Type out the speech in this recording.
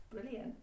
brilliant